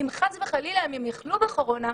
חס וחלילה יחלו בקורונה,